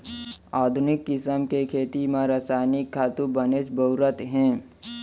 आधुनिक किसम के खेती म रसायनिक खातू बनेच बउरत हें